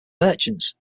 merchants